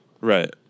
Right